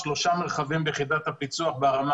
שלושה מרחבים ביחידת הפיצו"ח ברמה